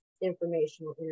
informational